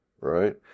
Right